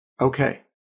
Okay